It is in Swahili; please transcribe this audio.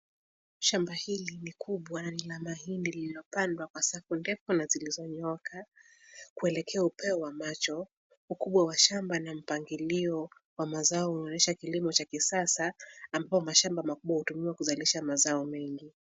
Shamba hili ni kubwa na lina mahindi liliyopandwa kwa safu ndefu na zilizonyooka kuelekea upeo wa macho. Ukubwa wa shamba na mpangilio wa mazao unaonesha kilimo cha kisasa, ambapo mashamba makubwa hutumiwa kuzalisha mazao mengi.